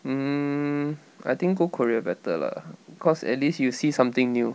mm I think go korea better lah cause at least you see something new